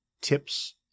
tips